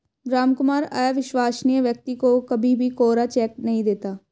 रामकुमार अविश्वसनीय व्यक्ति को कभी भी कोरा चेक नहीं देता